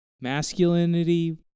Masculinity